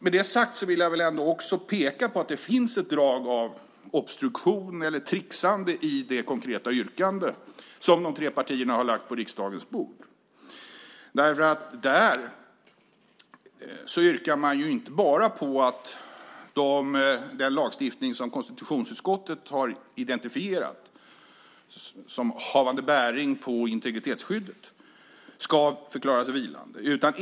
Med det sagt vill jag också peka på att det finns ett drag av obstruktion eller tricksande i det konkreta yrkande som de tre partierna har lagt på riksdagens bord. Där yrkar man inte bara på att den lagstiftning som konstitutionsutskottet har identifierat som havande bäring på integritetsskyddet ska förklaras vilande.